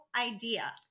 idea